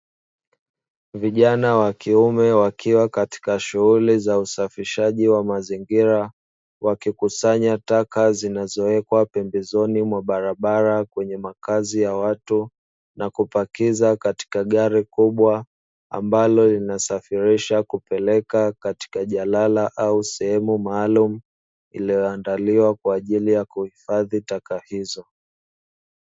Vijana wa kiume wakiwa katika shughuli za usafishaji wa mazingira wakikusanya taka zinazowekwa pembezoni mwa barabara kwenye makazi ya watu, na kupakiza katika gari kubwa ambalo linasafirisha kupeleka katika jalala au sehemu maalumu iliyoandaliwa kwajili ya kuhifadhi taka hizo.